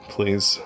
Please